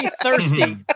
thirsty